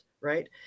right